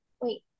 wait